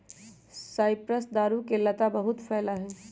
cypress दारू के लता बहुत जादा फैला हई